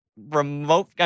remote